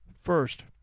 first